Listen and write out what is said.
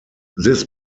this